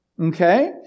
Okay